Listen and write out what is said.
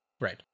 Right